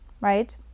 right